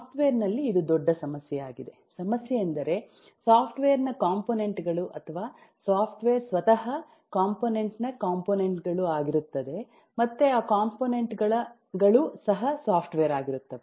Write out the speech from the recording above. software ನಲ್ಲಿ ಇದು ದೊಡ್ಡ ಸಮಸ್ಯೆಯಾಗಿದೆ ಸಮಸ್ಯೆಯೆಂದರೆ ಸಾಫ್ಟ್ವೇರ್ ನ ಕಾಂಪೋನೆಂಟ್ ಗಳು ಅಥವಾ ಸಾಫ್ಟ್ವೇರ್ ಸ್ವತಃ ಕಾಂಪೋನೆಂಟ್ ನ ಕಾಂಪೋನೆಂಟ್ ಗಳು ಆಗಿರುತ್ತದೆ ಮತ್ತೆ ಆ ಕಾಂಪೋನೆಂಟ್ ಗಳು ಸಹ ಸಾಫ್ಟ್ವೇರ್ ಆಗಿರುತ್ತವೆ